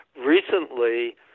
Recently